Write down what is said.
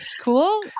cool